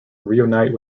reunite